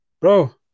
Bro